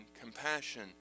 compassion